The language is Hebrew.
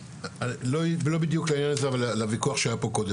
לא בדיוק לעניין הזה אבל לוויכוח שהיה פה קודם,